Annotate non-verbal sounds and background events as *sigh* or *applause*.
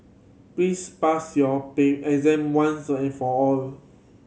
please pass your *unintelligible* exam once and for all